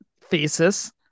thesis